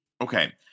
okay